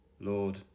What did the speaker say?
Lord